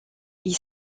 ils